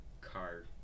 car